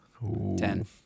Ten